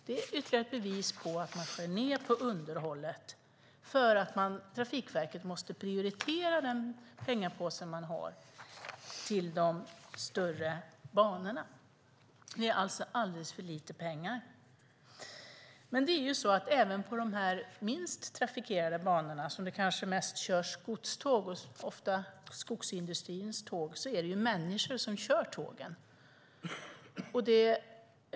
Det är ytterligare ett bevis på att man skär ned på underhållet därför att Trafikverket måste prioritera i den pengapåse man har till de större banorna. Det är alltså alldeles för lite pengar. Men även på de minst trafikerade banorna, där det kanske mest körs godståg och skogsindustrins tåg, är det människor som kör tågen.